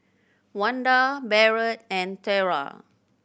Wanda Barrett and Tera